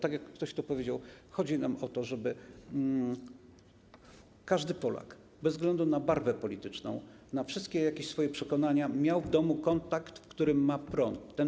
Tak jak ktoś tutaj powiedział, chodzi nam o to, żeby każdy Polak bez względu na barwę polityczną, na wszystkie swoje przekonania miał w domu kontakt, w którym ma prąd.